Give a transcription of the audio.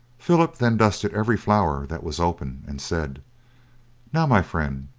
philip then dusted every flower that was open and said now, my friend,